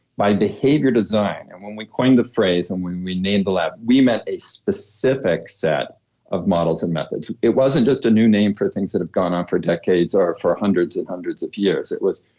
by behavior design, and when we coined the phrase and when we named the lab, we met a specific set of models and methods. it wasn't just a new name for things that have gone on for decades or for hundreds and hundreds of years. it was,